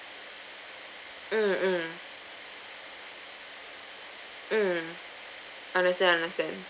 mm mm mm understand understand